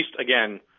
again